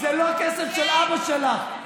זה לא כסף של אבא שלך.